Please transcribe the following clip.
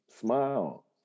smile